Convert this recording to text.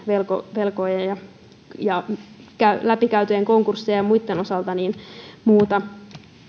velkojien läpi käytyjen konkurssien ja muitten osalta muuta